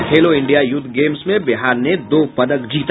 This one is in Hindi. और खेलो इंडिया यूथ गेम्स में बिहार ने दो पदक जीता